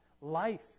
Life